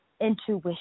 Intuition